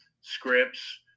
scripts